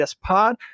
Pod